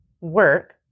work